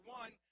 one